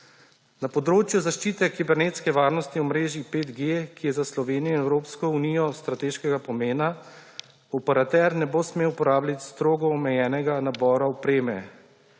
Na področju zaščite kibernetske varnosti omrežij 5G, ki je za Slovenijo in Evropsko unijo strateškega pomena, operater ne bo smel uporabljati strogo omejenega nabora opreme